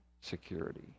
security